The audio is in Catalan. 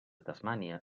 tasmània